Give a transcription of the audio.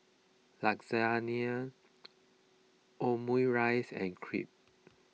Lasagne Omurice and Crepe